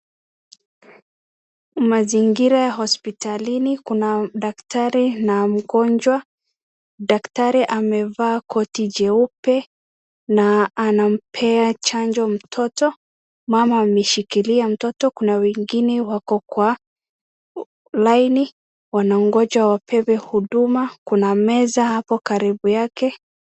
Mazingira ya hospitalini kuna daktari na mgonjwa. Daktari amevaa koti jeupe na anampea chanjo mtoto. Mama amemshikilia mtoto. Kuna wengine wako kwa laini wanangoja wapewe huduma. Kuna meza hapo karibu yake.